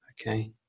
Okay